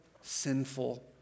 sinful